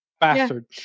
bastard